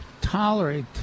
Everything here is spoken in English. tolerate